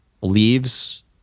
leaves